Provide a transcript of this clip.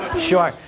sure.